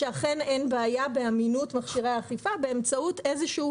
שאכן אין בעיה באמינות מכשירי האכיפה באמצעות איזשהו